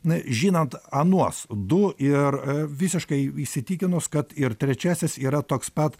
na žinant anuos du ir visiškai įsitikinus kad ir trečiasis yra toks pat